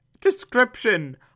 description